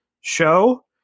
show